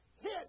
hit